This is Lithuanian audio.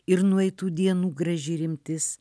ir nueitų dienų graži rimtis